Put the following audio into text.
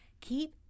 keep